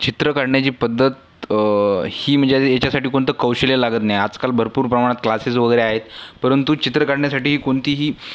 चित्र काढण्याची पद्धत ही म्हणजे ह ह्याच्यासाठी कोणतं कौशल्य लागत नाही आजकाल भरपूर प्रमाणात क्लासेस वगैरे आहेत परंतु चित्र काढण्यासाठी कोणतीही